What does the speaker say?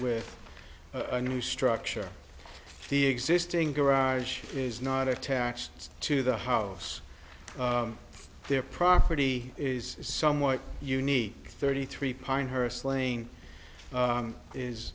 with a new structure the existing garage is not attached to the house their property is somewhat unique thirty three pine her slaying